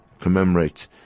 commemorate